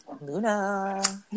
Luna